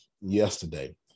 yesterday